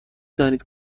دانید